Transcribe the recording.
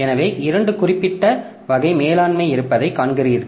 எனவே இரண்டு குறிப்பிட்ட வகை மேலாண்மை இருப்பதை காண்கிறீர்கள்